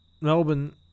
Melbourne